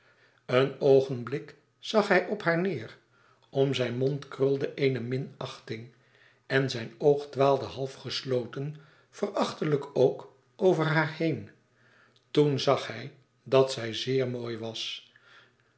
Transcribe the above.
een oogenblik zag hij op haar neêr om zijn mond krulde eene minachting en zijn oog dwaalde half gesloten verachtelijk ook over haar heen toen zag hij dat zij zeer mooi was